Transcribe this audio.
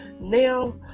Now